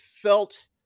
felt